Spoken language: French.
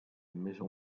maison